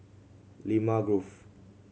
Limau Grove